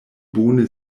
bone